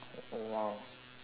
oh !wow!